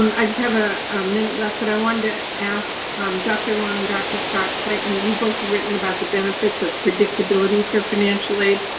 i just have a minute left, but i wanted to ask dr. long and dr. scott-clayton, you've both written about the benefits of predictability for financial aid.